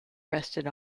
rested